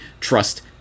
trust